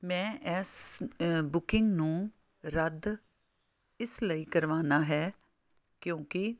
ਮੈਂ ਇਸ ਬੁਕਿੰਗ ਨੂੰ ਰੱਦ ਇਸ ਲਈ ਕਰਵਾਉਣਾ ਹੈ ਕਿਉਂਕਿ